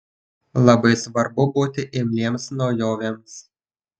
labai svarbu būti imliems naujovėms